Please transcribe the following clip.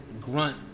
grunt